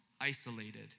isolated